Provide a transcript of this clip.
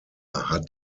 hat